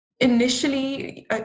Initially